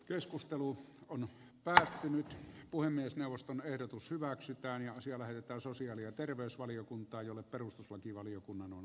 keskustelu on päätähti nyt puhemiesneuvoston ehdotus hyväksytään ja asia lähetetään sosiaali ja terveysvaliokuntaa jolle perustuslakivaliokunnan pohdintaan